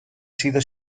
sido